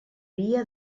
via